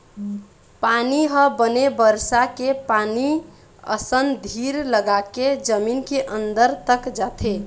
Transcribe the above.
पानी ह बने बरसा के पानी असन धीर लगाके जमीन के अंदर तक जाथे